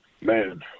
Man